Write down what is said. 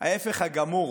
ההפך הגמור